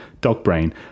Dogbrain